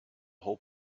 whole